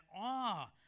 awe